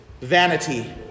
vanity